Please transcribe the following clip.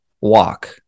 walk